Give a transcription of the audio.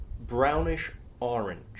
brownish-orange